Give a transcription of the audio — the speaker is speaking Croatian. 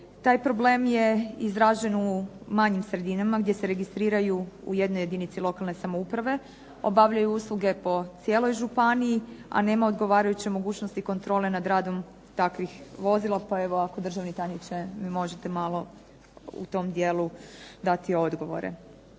Taj problem je izražen u manjim sredinama, gdje se registriraju u jednoj jedinici lokalne samouprave, obavljaju usluge po cijeloj županiji, a nema odgovarajuće mogućnosti kontrole nad radom takvih vozila, pa evo ako državni tajniče mi možete malo u tom dijelu dati odgovore.